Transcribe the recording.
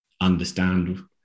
understand